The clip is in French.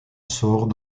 sort